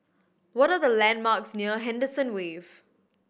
what are the landmarks near Henderson Wave